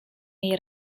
jej